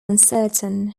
uncertain